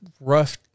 rough